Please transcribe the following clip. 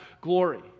glory